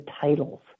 titles